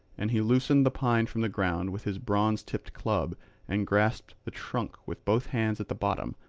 and he loosened the pine from the ground with his bronze-tipped club and grasped the trunk with both hands at the bottom,